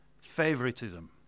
favoritism